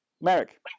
Merrick